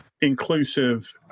inclusive